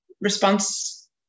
response